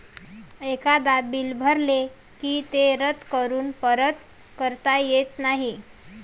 एकदा बिल भरले की ते रद्द करून परत करता येत नाही